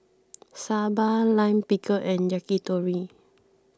Sambar Lime Pickle and Yakitori